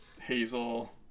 Hazel